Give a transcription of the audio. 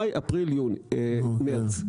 מאי, אפריל, יולי, מרץ.